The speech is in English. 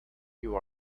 you